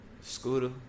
Scooter